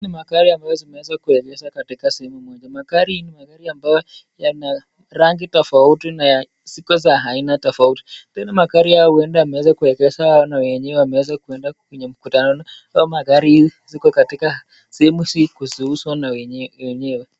Ni magari ambazo zimeweza kuegesha katika sehemu moja. Magari hizi ni magari ambayo yana rangi tofauti na ziko za aina tofauti. Tena magari haya yameweza kuegeshwa na wenyewe wameweza kuenda kwenye mkutano. Hizo magari ziko katika sehemu hii ili kuziuzwa na wenyewe.